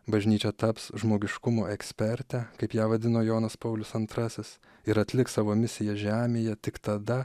bažnyčia taps žmogiškumo eksperte kaip ją vadino jonas paulius antrasis ir atliks savo misiją žemėje tik tada